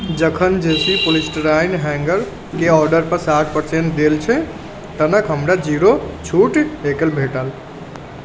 जखन जेसी पॉलीस्टराइन हैंगरके ऑर्डर पर साठि परसेंट देल छै तखन हमरा जीरो छूट किएक भेटल